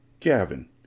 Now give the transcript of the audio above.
Gavin